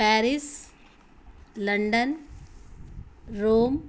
Paris London Rome